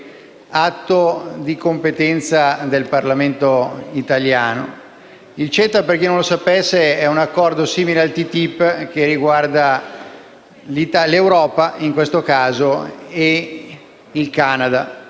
atto di competenza del Parlamento italiano. Il CETA, per chi non lo sapesse, è un accordo simile al TTIP, ma che in questo caso riguarda